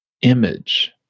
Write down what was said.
image